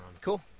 Cool